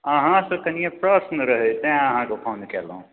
अहाँसँ कनिए प्रश्न रहै तै अहाँकेँ फोन केलहुँ